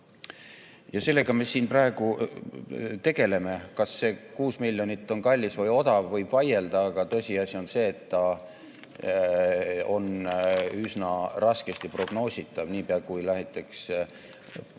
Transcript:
Sellega me siin praegu tegeleme. Kas see 6 miljonit on kallis või odav, võib vaielda, aga tõsiasi on see, et see on üsna raskesti prognoositav. Niipea kui näiteks hoogu